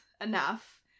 enough